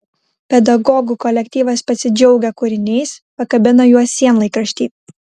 pedagogų kolektyvas pasidžiaugia kūriniais pakabina juos sienlaikrašty